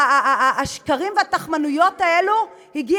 והשקרים והתכמנויות האלה, הם לא מציגים, זו האמת.